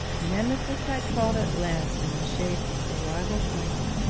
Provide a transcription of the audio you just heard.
nemesis had called at last in the shape of a rival claimant.